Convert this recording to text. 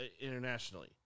Internationally